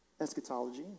eschatology